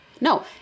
No